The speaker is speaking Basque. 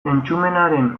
entzumenaren